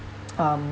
um